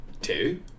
two